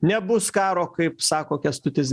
nebus karo kaip sako kęstutis